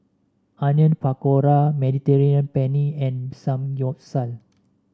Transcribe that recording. Onion Pakora Mediterranean Penne and Samgyeopsal